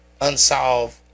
unsolved